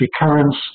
recurrence